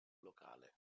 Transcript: locale